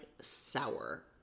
sour